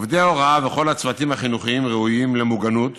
עובדי הוראה וכל הצוותים החינוכיים ראויים להיות מוגנים,